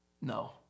No